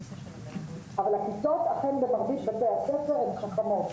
אבל הכיתות אכן במרבית בתי הספר הן חכמות,